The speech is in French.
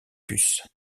puces